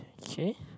K